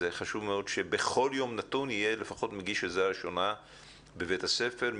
חשוב מאוד שבכל יום נתון יהיה לפחות מגיש עזרה ראשונה בבית הספר.